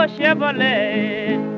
Chevrolet